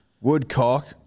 Woodcock